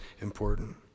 important